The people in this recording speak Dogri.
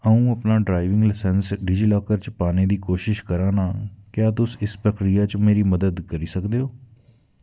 अ'ऊं अपना ड्राइविंग लसैंस डिजीलॉकर च पाने दी कोशश करा नां क्या तुस इस प्रक्रिया च मेरी मदद करी सकदे ओ